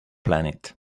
planet